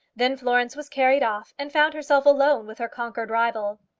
then florence was carried off, and found herself alone with her conquered rival.